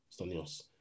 Stanios